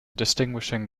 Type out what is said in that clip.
distinguishing